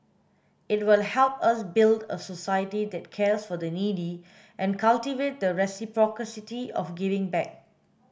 it will help us build a society that cares for the needy and cultivate the reciprocity of giving back